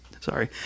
sorry